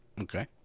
Okay